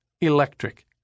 Electric